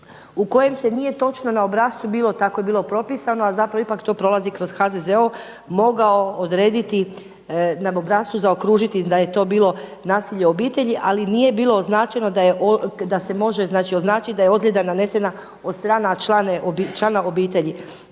u kojem se nije točno na obrascu bilo, tako je bilo propisano a zapravo ipak to prolazi kroz HZZO mogao odrediti, na obrascu zaokružiti da je to bilo nasilje u obitelji ali nije bilo označeno da je se može znači označiti da je ozljeda nanesena od strane člana obitelji.